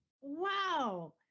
Wow